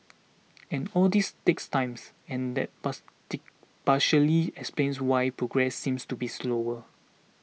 and all this takes time and that pass tick explains why progress seems to be slower